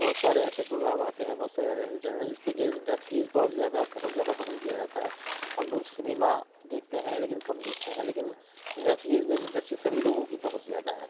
بہت سارے ایسے پروگرام آتے ہیں بہت سارے اور ایسے چینل جس پہ کہ ویب سیریز بہت زیادہ بہت زیادہ پسند کیا جاتا ہے اب لوگ سنیما دیکھتے ہیں لیکن کم دیکھتے ہیں لیکن ویب سیریز میں دلچسپی سبھی لوگوں کی بہت زیادہ ہے